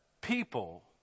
people